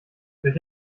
durch